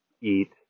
eat